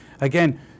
again